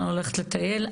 אני לא הולכת לטייל,